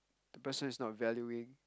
the person is not valuing